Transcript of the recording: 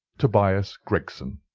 tobias gregson.